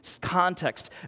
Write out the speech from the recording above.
context